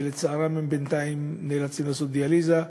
ולצערם הם בינתיים נאלצים לעשות דיאליזה,